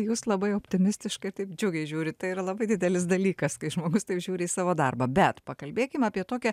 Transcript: jūs labai optimistiškai taip džiugiai žiūrit tai yra labai didelis dalykas kai žmogus taip žiūri į savo darbą bet pakalbėkim apie tokią